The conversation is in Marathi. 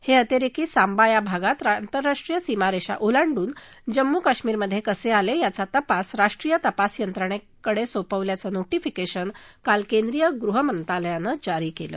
हे अतिरेकी सांबा या भागात आंतरराष्ट्रीय सीमारेषा ओलांडून जम्मू काश्मीरमध्ये कसे आले याचा तपास राष्ट्रीय तपास यंत्रणेकडे सोपवल्याचं नोटिफिकेशन काल केंद्रीय गृहमंत्रालयानं काढलं